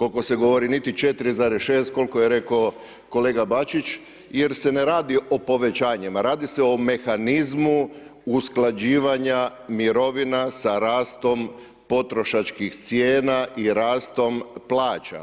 koliko se govori niti 4,6 koliko je rekao kolega Bačić, jer se ne radi o povećanjima, radi se o mehanizmu usklađivanja mirovina sa rastom potrošačkih cijena i rastom plaća.